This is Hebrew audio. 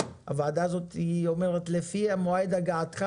הוועדה הזאת אומרת: לפי מועד הגעתך,